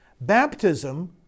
Baptism